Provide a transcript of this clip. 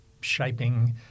shaping